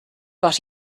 but